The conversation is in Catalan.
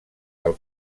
del